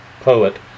poet